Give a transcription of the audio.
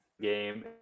game